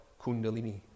Kundalini